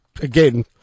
again